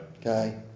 Okay